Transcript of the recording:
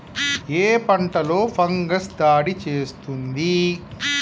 ఏ పంటలో ఫంగస్ దాడి చేస్తుంది?